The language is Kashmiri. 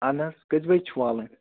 اَہَن حظ کٔژِ بجہِ چھِ والٕنۍ